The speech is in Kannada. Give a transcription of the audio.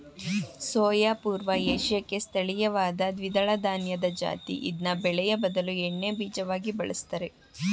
ಸೋಯಾ ಪೂರ್ವ ಏಷ್ಯಾಕ್ಕೆ ಸ್ಥಳೀಯವಾದ ದ್ವಿದಳಧಾನ್ಯದ ಜಾತಿ ಇದ್ನ ಬೇಳೆಯ ಬದಲು ಎಣ್ಣೆಬೀಜವಾಗಿ ಬಳುಸ್ತರೆ